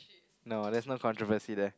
no there's no controversy there